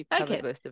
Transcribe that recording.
okay